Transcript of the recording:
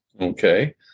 Okay